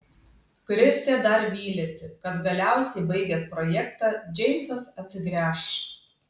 kristė dar vylėsi kad galiausiai baigęs projektą džeimsas atsigręš